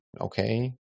Okay